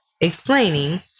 explaining